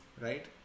right